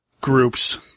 groups